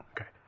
Okay